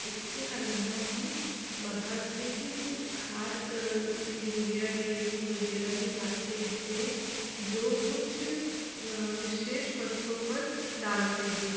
उसके अलावा हम बाहर से भी कुछ खाद यूरिया डी ए पी वगैरह भी लाते हैं जो कुछ विशेष फसलों पर डालते हैं